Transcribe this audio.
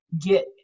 get